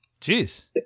Jeez